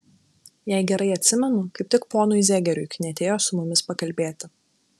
jei gerai atsimenu kaip tik ponui zegeriui knietėjo su mumis pakalbėti